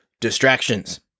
distractions